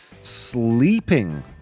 Sleeping